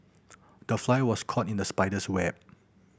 the fly was caught in the spider's web